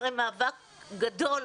אחרי מאבק גדול,